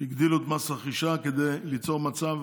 שהגדילו את מס הרכישה כדי ליצור מצב,